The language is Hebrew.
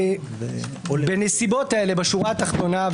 בנסיבות האלה בשורה התחתונה,